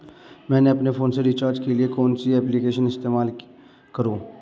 मैं अपने फोन के रिचार्ज के लिए कौन सी एप्लिकेशन इस्तेमाल करूँ?